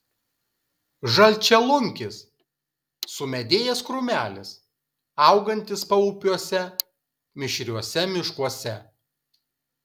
žalčialunkis sumedėjęs krūmelis augantis paupiuose mišriuose miškuose